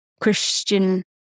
Christian